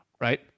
right